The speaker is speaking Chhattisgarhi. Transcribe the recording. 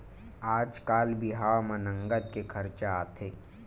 आजकाल बिहाव म नँगत के खरचा आथे